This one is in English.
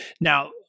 Now